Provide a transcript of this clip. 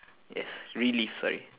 yes relive sorry